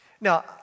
Now